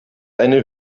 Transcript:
eine